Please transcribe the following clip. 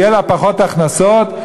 יהיה לה פחות הכנסות,